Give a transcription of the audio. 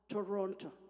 Toronto